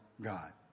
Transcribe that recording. God